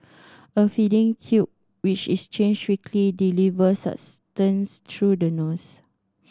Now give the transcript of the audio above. a feeding tube which is changed weekly delivers sustenance through the nose